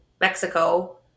Mexico